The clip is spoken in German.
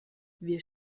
wir